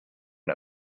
and